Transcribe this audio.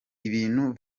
ibintu